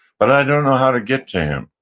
but i don't know how to get to him.